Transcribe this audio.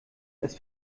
das